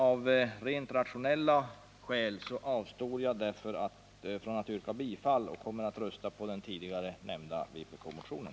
Av rent rationella skäl avstår jag därför från att yrka bifall till vår motion och kommer att rösta för vpkmotionen.